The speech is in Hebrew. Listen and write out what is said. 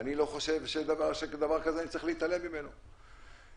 אני לא חושב שאני צריך להתעלם מדבר כזה.